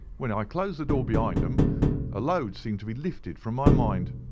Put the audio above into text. when i closed the door behind them a load seemed to be lifted from my mind.